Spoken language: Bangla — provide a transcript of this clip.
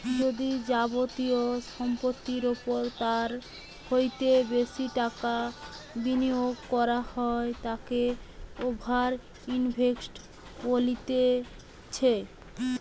যদি যাবতীয় সম্পত্তির ওপর তার হইতে বেশি টাকা বিনিয়োগ করা হয় তাকে ওভার ইনভেস্টিং বলতিছে